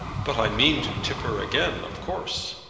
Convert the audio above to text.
but i mean to tip her again, of course.